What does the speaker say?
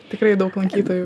tikrai daug lankytojų